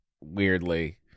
weirdly